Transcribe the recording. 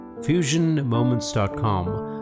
FusionMoments.com